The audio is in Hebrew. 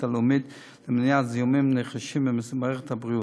הלאומית למניעת זיהומים נרכשים במערכת הבריאות.